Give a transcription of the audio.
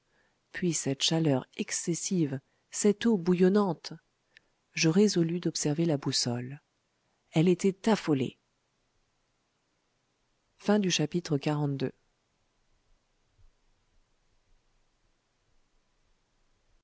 puis cette chaleur excessive cette eau bouillonnante je résolus d'observer la boussole elle était affolée xliii